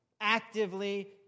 actively